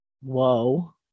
whoa